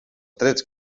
trets